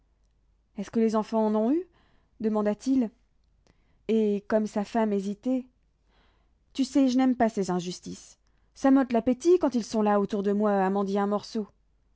est-ce que les enfants en ont eu demanda-t-il et comme sa femme hésitait tu sais je n'aime pas ces injustices ça m'ôte l'appétit quand ils sont là autour de moi à mendier un morceau